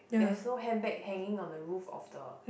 there's no handbag hanging on the roof of the